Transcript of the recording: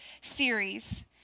series